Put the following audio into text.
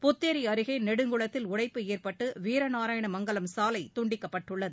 புத்தேரி அருகே நெடுங்குளத்தில் உடைப்பு ஏற்பட்டு வீரநாராயண மங்கலம் சாலை துண்டிக்கப்பட்டுள்ளது